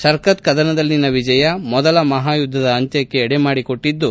Sharqat ಕದನದಲ್ಲಿನ ವಿಜಯ ಮೊದಲ ಮಹಾಯುದ್ದದ ಅಂತ್ಯಕ್ಕೆ ಎಡೆಮಾಡಿಕೊಟ್ಟಿದ್ದು